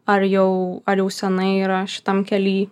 ar jau ar jau senai yra šitam kely